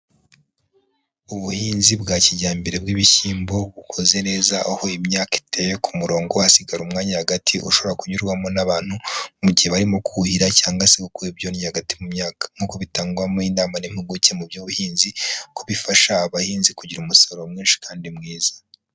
Ubuhinzi bwa kijyambere bw'ibishyimbo bukoze neza, aho iyi myaka iteye ku murongo, hasigara umwanya hagati ushobora kunyurwamo n'abantu mu gihe barimo kuhira cyangwa se gukura ibyonyi hagati mu myaka nk'uko bitangwamo inama n'impuguke mu by'ubuhinzi kuko bifasha abahinzi kugira umusaruro mwinshi kandi mwiza.